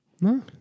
No